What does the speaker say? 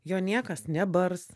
jo niekas nebars